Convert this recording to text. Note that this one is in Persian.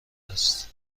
است